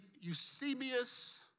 Eusebius